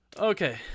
okay